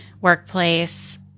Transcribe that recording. workplace